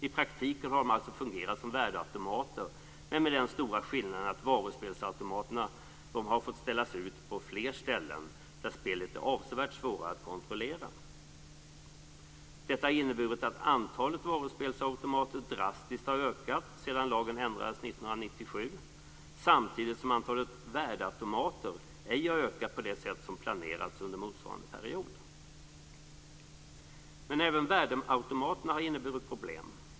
I praktiken har de alltså fungerat som värdeautomater men med den stora skillnaden att varuspelsautomater fått ställas ut på fler ställen där spelet är avsevärt svårare att kontrollera. Detta har inneburit att antalet varuspelsautomater drastiskt har ökat sedan lagen ändrades 1997 samtidigt som antalet värdeautomater ej har ökat på det sätt som planerats under motsvarande period. Men även värdeautomaterna har inneburit problem.